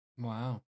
Wow